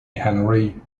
henry